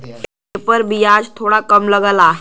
एपर बियाज थोड़ा कम लगला